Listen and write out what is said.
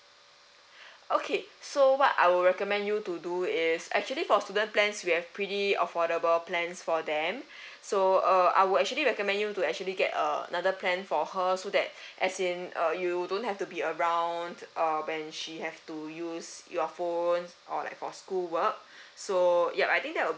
okay so what I would recommend you to do is actually for student plans we have pretty affordable plans for them so uh I would actually recommend you to actually get uh another plan for her so that as in uh you don't have to be around uh when she have to use your phone or like for school work so yup I think that will be